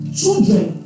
children